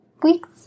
weeks